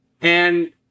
And-